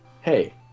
hey